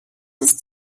ist